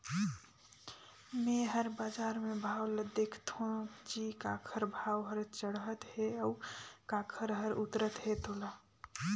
मे हर बाजार मे भाव ल देखथों जी काखर भाव हर चड़हत हे अउ काखर हर उतरत हे तोला